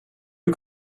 you